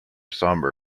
sombre